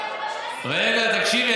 רגע, תקשיבי.